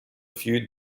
few